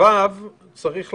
ההסתייגות